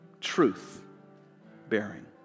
truth-bearing